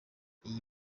iyi